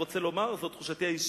וזאת תחושתי האישית,